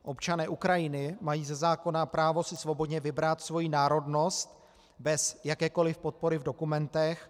Občané Ukrajiny mají ze zákona právo si svobodně vybrat svoji národnost bez jakékoli podpory v dokumentech.